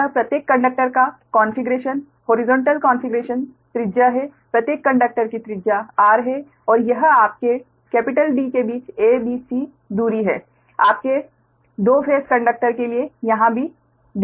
तो यह प्रत्येक कंडक्टर का कॉन्फ़िगरेशन हॉरिजॉन्टल कॉन्फ़िगरेशन त्रिज्या है प्रत्येक कंडक्टर की त्रिज्या r है और यह आपके D के बीच a b c दूरी है आपके दो फेस कंडक्टर के लिए यहां भी D है